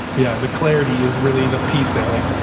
yeah. the clarity is really the piece. they're like,